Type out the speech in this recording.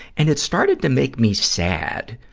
and it started to make me sad,